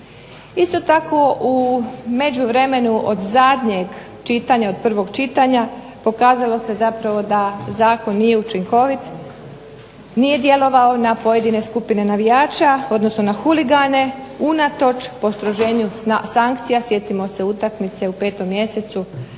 Isto tako u međuvremenu od zadnjeg čitanja, od prvog čitanja, pokazalo se zapravo da zakon nije učinkovit, nije djelovao na pojedine skupine navijača, odnosno na huligane unatoč postroženju sankcija, sjetimo se utakmice u 5. mjesecu